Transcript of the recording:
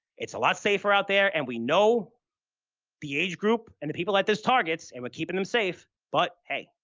it's a lot safer out there and we know the age group and the people that this targets and we're keeping them safe, but hey,